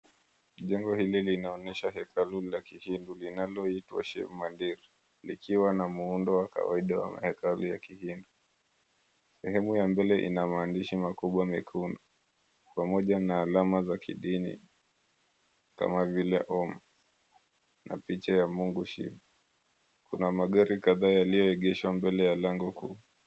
Jengo hili linaonyesha hekalu ni la kihindu linaloitwa SHIV MANDIR likiwa na muundo wa kawaida wa hekalu ya kihindu . Sehemu ya mbele inamaandishi makubwa mekundu pamoja na alama za kidini kama vile ohm na picha ya mungu, Shiva. Kuna magari kadhaa yaliyoegeshwa upande wa mbele.